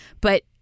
but-